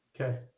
Okay